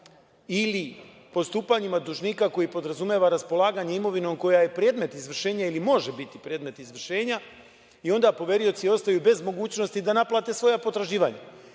ili postupanjima dužnika koji podrazumeva raspolaganje imovinom koja je predmet izvršenja ili može biti predmet izvršenja i onda poverioci ostaju bez mogućnosti da naplate svoja potraživanja.